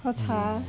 喝茶